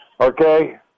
Okay